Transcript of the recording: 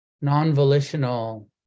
non-volitional